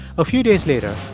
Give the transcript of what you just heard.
a few days later,